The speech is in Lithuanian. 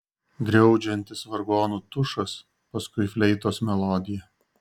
griaudžiantis vargonų tušas paskui fleitos melodija